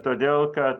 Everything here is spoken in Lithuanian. todėl kad